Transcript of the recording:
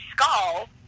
skull